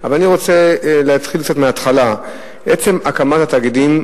אבל אני רוצה להתחיל מההתחלה: עצם הקמת התאגידים,